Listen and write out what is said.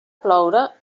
ploure